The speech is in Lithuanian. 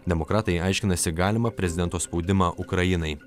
demokratai aiškinasi galimą prezidento spaudimą ukrainai